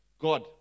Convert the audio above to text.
God